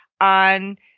on